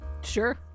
sure